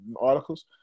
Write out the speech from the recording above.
articles